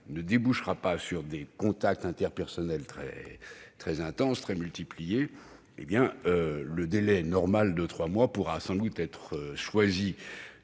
n'entraînera pas de contacts interpersonnels très intenses ou démultipliés, le délai normal de trois mois pourra sans doute être retenu